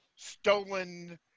stolen